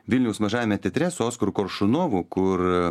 vilniaus mažajame teatre su oskaru koršunovu kur a